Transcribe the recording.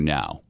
now